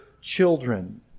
children